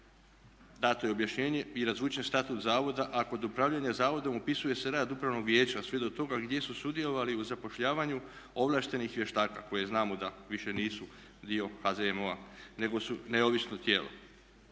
dato je objašnjenje i razvučen Statut zavoda a kod upravljanja zavodom opisuje se rad Upravnog vijeća sve do toga gdje su sudjelovali u zapošljavanju ovlaštenih vještaka koje znamo da više nisu dio HZMO-a nego su neovisno tijelo.